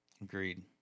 Agreed